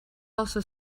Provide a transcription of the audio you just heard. also